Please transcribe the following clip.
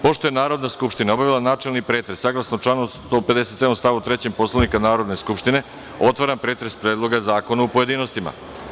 Pošto je Narodna skupština obavila načelni pretres, saglasno članu 157. stav 3. Poslovnika Narodne skupštine otvaram pretres Predloga zakona u pojedinostima.